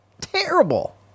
Terrible